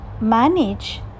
manage